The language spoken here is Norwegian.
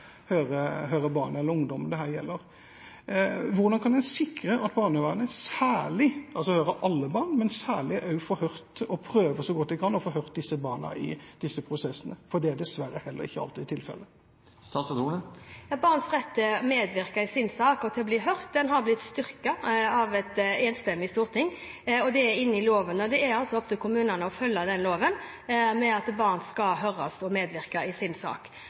barnet eller ungdommen det gjelder. Hvordan kan en sikre at barnevernet så godt de kan prøver å få hørt alle barn, men særlig disse barna, i disse prosessene? Det er dessverre ikke alltid tilfellet. Barns rett til å medvirke i sin sak og til å bli hørt er blitt styrket av et enstemmig storting. Det er inne i loven, og det er opp til kommunene å følge den loven – barn skal høres og medvirke i sin sak.